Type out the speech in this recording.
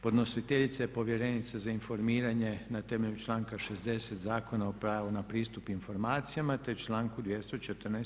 Podnositeljica je Povjerenica za informiranje na temelju članka 60 Zakona o pravu na pristup informacijama te članku 214.